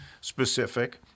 specific